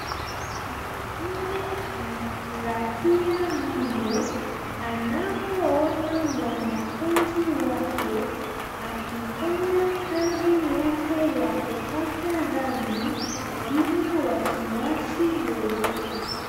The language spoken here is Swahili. Mwalimu anafurahia mno anapoona mwanafunzi wake akifanya kazi yake ya kupaka rangi bila wasiwasi wowote.